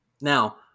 Now